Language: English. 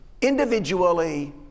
individually